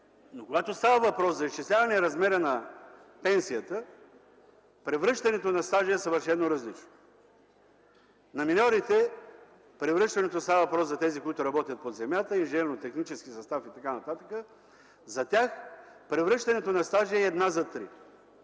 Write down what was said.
Но когато става въпрос за изчисляване размера на пенсията, превръщането на стажа е съвършено различно. За миньорите – става въпрос за тези, които работят под земята, надземно-техническия състав и т.н., превръщането на стажа е една за три.